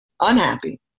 unhappy